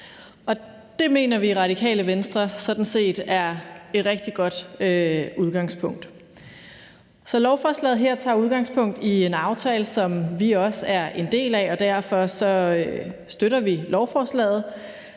Det mener vi i Radikale Venstre sådan set er et rigtig godt udgangspunkt. Lovforslaget her tager udgangspunkt i en aftale, som vi også er en del af, og derfor støtter vi lovforslaget.